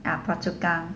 ha phua chu kang